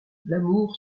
l’amour